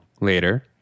Later